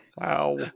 Wow